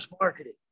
marketing